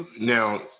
now